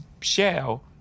shell